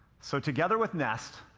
so together with nest,